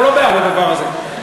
אנחנו לא בעד הדבר הזה,